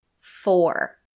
Four